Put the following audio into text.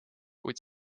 kuid